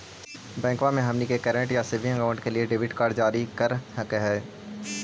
बैंकवा मे हमनी के करेंट या सेविंग अकाउंट के लिए डेबिट कार्ड जारी कर हकै है?